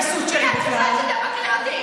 את יכולה לקרוא לי "תרנגולת",